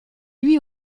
lui